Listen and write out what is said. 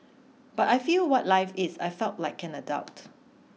but I feel what life is I felt like an adult